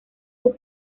sus